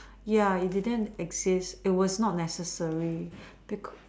ya it didn't exist it was not necessary because